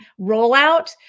rollout